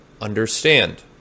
understand